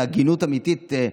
בהגינות אמיתית,